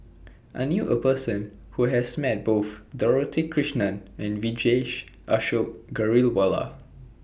I knew A Person Who has Met Both Dorothy Krishnan and Vijesh Ashok Ghariwala